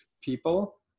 people